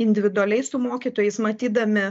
individualiai su mokytojais matydami